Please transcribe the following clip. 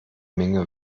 menge